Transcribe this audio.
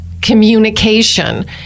communication